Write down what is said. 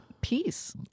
peace